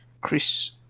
Chris